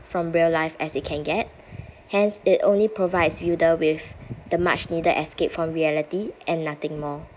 from real life as it can get hence it only provides viewer with the much needed escape from reality and nothing more